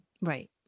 right